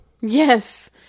Yes